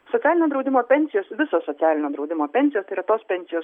socialinio draudimo pensijos visos socialinio draudimo pensijos tai yra tos pensijos